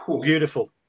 Beautiful